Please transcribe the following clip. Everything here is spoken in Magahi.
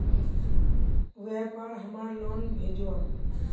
व्यापार हमार लोन भेजुआ?